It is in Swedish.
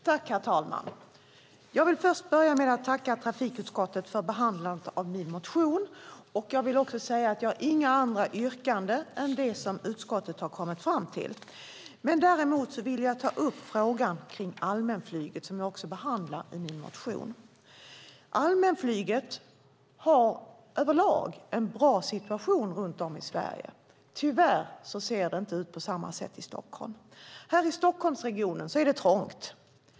Herr talman! Jag vill börja med att tacka trafikutskottet för behandlingen av min motion. Jag vill också säga att jag inte har några andra yrkanden än vad utskottet har kommit fram till. Däremot vill jag ta upp frågan om allmänflyget, som jag också behandlar i min motion. Allmänflyget har överlag en bra situation runt om i Sverige. Tyvärr ser det inte ut på samma sätt i Stockholm. Här i Stockholmsregionen är det trångt.